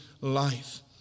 life